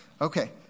Okay